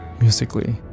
musically